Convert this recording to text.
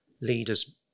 leaders